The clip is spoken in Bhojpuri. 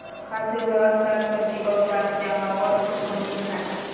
खाद से उगावल साग सब्जी अउर दाल चावल हमनी के खानी